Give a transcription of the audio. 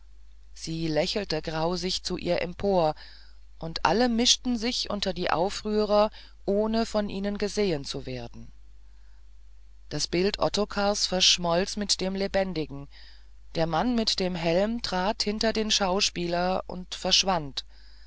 sie lächelte grausig zu ihr empor und alle mischten sich unter die aufrührer ohne von ihnen gesehen zu werden und das bild ottokars verschmolz mit dem lebendigen der mann mit dem helm trat hinter den schauspieler und verschwand